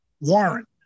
Warren